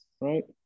right